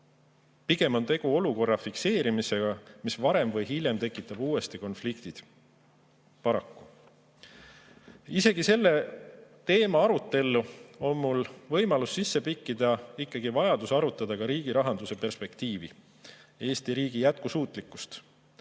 Pigem on tegu sellise olukorra fikseerimisega, mis varem või hiljem tekitab uuesti konfliktid – paraku. Isegi selle teema arutellu on mul võimalus sisse pikkida ikkagi vajadus arutada ka riigi rahanduse perspektiivi ja Eesti riigi jätkusuutlikkust.